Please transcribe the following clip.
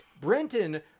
Brenton